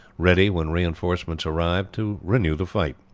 ready, when reinforcements arrived, to renew the fight.